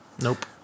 Nope